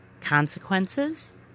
consequences